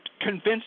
convinced